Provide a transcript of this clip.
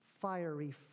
fiery